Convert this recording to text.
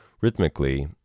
rhythmically